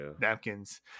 napkins